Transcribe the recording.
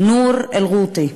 נור אל ע'וטי,